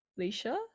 leisha